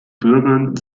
bürgern